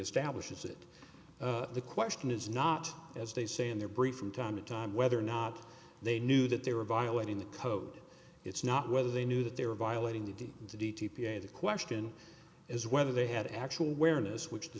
establishes that the question is not as they say in their brief from time to time whether or not they knew that they were violating the code it's not whether they knew that they were violating the d t p a the question is whether they had actual where in this which the